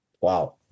Wow